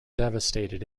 devastated